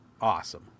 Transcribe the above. awesome